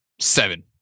seven